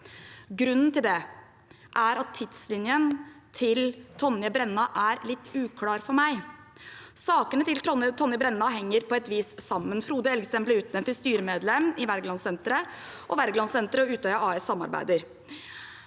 Grunnen til det er at tidslinjen til Tonje Brenna er litt uklar for meg. Sakene til Tonje Brenna henger på et vis sammen. Frode Elgesem ble utnevnt til styremedlem i Wergelandsenteret, og Wergelandsenteret